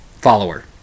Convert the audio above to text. follower